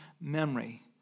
memory